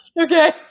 Okay